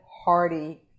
hearty